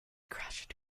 crashed